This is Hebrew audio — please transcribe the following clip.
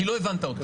כי לא הבנת אותי.